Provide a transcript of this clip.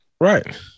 Right